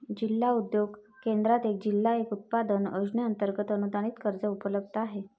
जिल्हा उद्योग केंद्रात एक जिल्हा एक उत्पादन योजनेअंतर्गत अनुदानित कर्ज उपलब्ध आहे